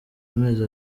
amezi